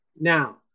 Now